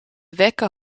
wekken